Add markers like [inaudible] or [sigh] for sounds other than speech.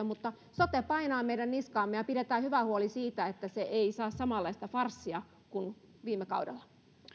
[unintelligible] mutta sote painaa meidän niskaamme ja pidetään hyvä huoli siitä että se ei saa aikaan samanlaista farssia kuin viime kaudella